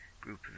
group